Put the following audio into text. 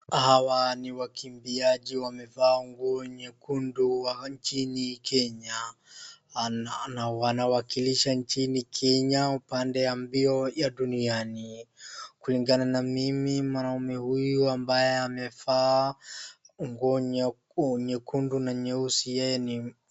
Hawa ni wakimbiaji wamevaa nguo nyekundu wa nchini Kenya na wanawakilisha nchini Kenya upande ya mbio ya duniani. Kulingana na mimi, mwanaume huyu ambaye amevaa nguo nyekundu na nyeusi yeye ni.